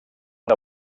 una